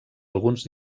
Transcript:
alguns